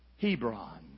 Hebron